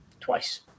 twice